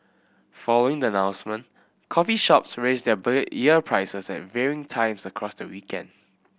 following the announcement coffee shops raised their beer year prices at varying times across the weekend